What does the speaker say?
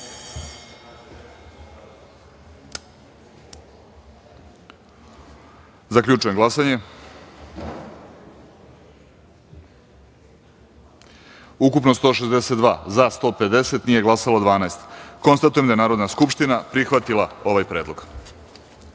predlog. Zaključujem glasanje: ukupno – 162, za – 150, nije glasalo 12.Konstatujem da je Narodna skupština prihvatila ovaj predlog. Pošto